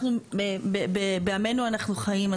אנחנו בימינו אנחנו חיים.